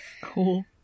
Cool